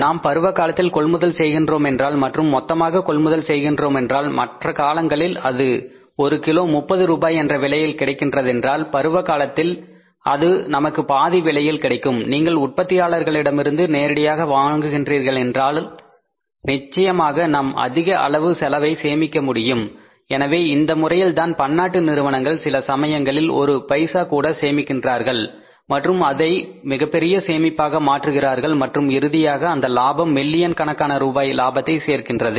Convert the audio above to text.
நாம் பருவகாலத்தில் கொள்முதல் செய்கின்றோமென்றால் மற்றும் மொத்தமாக கொள்முதல் செய்கின்றோமென்றால் மற்ற காலங்களில் அது ஒரு கிலோ 30 ரூபாய் என்ற விலையில் கிடைக்கின்றதென்றால் பருவ காலத்தில் அது நமக்கு பாதி விலையில் கிடைக்கும் நீங்கள் உற்பத்தியாளர்களிடமிருந்து நேரடியாக வாங்குகிறீர்களென்றால் நிச்சயமாக நாம் அதிக அளவு செலவை சேமிக்க முடியும் எனவே இந்த முறையில்தான் பன்னாட்டு நிறுவனங்கள் சில சமயங்களில் ஒரு பைசா கூட சேமிக்கிறார்கள் மற்றும் அதை மிகப்பெரிய சேமிப்பாக மாற்றுகிறார்கள் மற்றும் இறுதியாக அந்த லாபம் மில்லியன் கணக்கான ரூபாய் லாபத்தை சேர்க்கின்றது